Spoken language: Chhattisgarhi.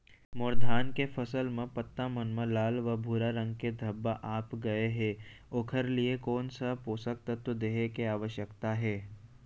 मोर धान के फसल म पत्ता मन म लाल व भूरा रंग के धब्बा आप गए हे ओखर लिए कोन स पोसक तत्व देहे के आवश्यकता हे?